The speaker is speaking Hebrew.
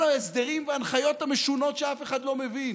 ההסדרים וההנחיות המשונות שאף אחד לא מבין.